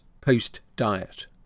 post-diet